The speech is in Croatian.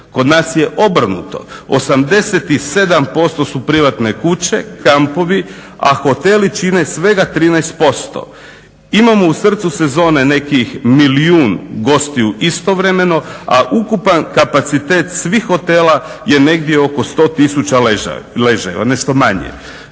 Kod nas je obrnuto. 87% su privatne kuće, kampovi a hoteli čine svega 13%. Imamo u srcu sezone nekih milijuntih gostiju istovremeno a ukupan kapacitet svih hotela je negdje je oko 100 tisuća ležajeva, nešto manje.